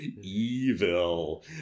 evil